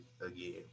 again